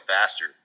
faster